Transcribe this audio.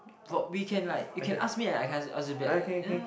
what we can like you can ask me and I can ask you ask you back yeah